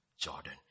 Jordan